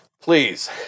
please